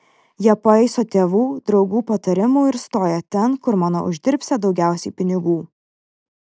jie paiso tėvų draugų patarimų ir stoja ten kur mano uždirbsią daugiausiai pinigų